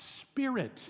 Spirit